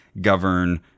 govern